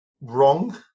wrong